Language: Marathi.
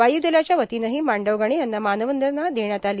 वायू दलाच्या वतीनंही मांडवगणे यांना मानवंदना देण्यात आली